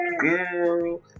girl